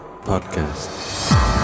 Podcast